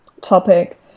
topic